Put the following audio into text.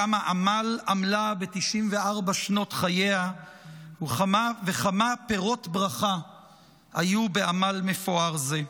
כמה עמל עמלה ב-94 שנות חייה וכמה פירות ברכה היו בעמל מפואר זה.